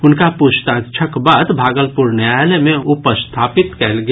हुनका पूछताछक बाद भागलपुर न्यायालय मे उपस्थापित कयल गेल